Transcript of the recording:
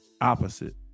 opposite